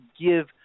give